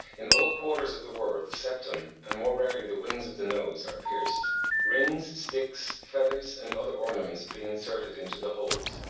in all quarters of the world the septum, and more rarely the wings of the nose are pierced rings, sticks, feathers, and other ornaments being inserted into the holes.